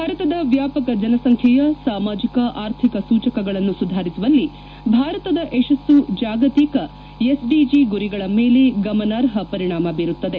ಭಾರತದ ವ್ಯಾಪಕ ಜನಸಂಖ್ಯೆಯ ಸಾಮಾಜಿಕ ಆರ್ಥಿಕ ಸೂಚಕಗಳನ್ನು ಸುಧಾರಿಸುವಲ್ಲಿ ಭಾರತದ ಯಶಸ್ಸು ಜಾಗತಿಕ ಎಸ್ಡಿಜಿ ಗುರಿಗಳ ಮೇಲೆ ಗಮನಾರ್ಹ ಪರಿಣಾಮ ಬೀರುತ್ತದೆ